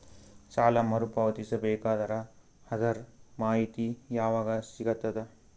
ಸಾಲ ಮರು ಪಾವತಿಸಬೇಕಾದರ ಅದರ್ ಮಾಹಿತಿ ಯವಾಗ ಸಿಗತದ?